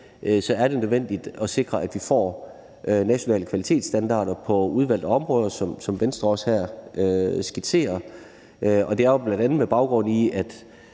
så er det nødvendigt at sikre, at vi får nationale kvalitetsstandarder på udvalgte områder, som Venstre også her skitserer. Og det er jo bl.a. med baggrund i